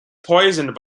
poisoned